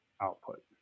output